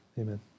Amen